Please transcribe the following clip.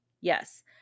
Yes